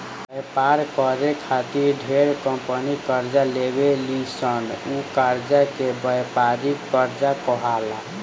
व्यापार करे खातिर ढेरे कंपनी कर्जा लेवे ली सन उ कर्जा के व्यापारिक कर्जा कहाला